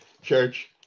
church